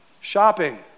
shopping